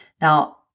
Now